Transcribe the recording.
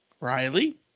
Riley